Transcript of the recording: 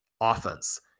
offense